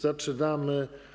Zaczynamy.